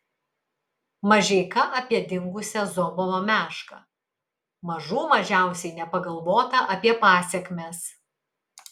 mažeika apie dingusią zobovo mešką mažų mažiausiai nepagalvota apie pasekmes